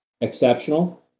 exceptional